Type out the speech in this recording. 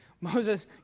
Moses